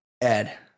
Ed